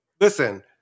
Listen